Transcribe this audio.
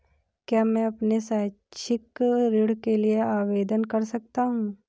क्या मैं अपने शैक्षिक ऋण के लिए आवेदन कर सकता हूँ?